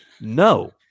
No